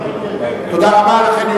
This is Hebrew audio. נגד, אין, נמנעים, אין.